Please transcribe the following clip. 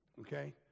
Okay